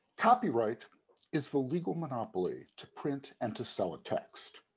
copyright is the legal monopoly to print and to sell a text.